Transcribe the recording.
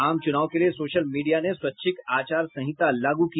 आम चुनाव के लिये सोशल मीडिया ने स्वैच्छिक आचार संहिता लागू की